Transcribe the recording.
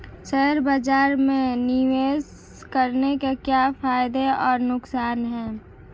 Share बाज़ार में निवेश करने के क्या फायदे और नुकसान हैं?